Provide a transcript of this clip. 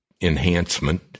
enhancement